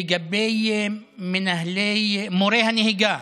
לגבי מורי הנהיגה.